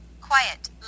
Quiet